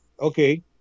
okay